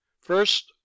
First